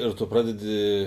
ir tu pradedi